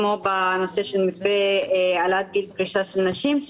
כמו בנושא של מתווה העלאת גיל פרישה לנשים,